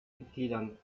mitgliedern